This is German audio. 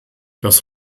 das